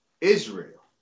Israel